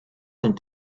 sent